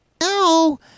no